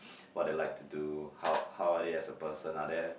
what they like to do how how are they as a person are they